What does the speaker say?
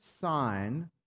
sign